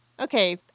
okay